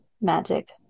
magic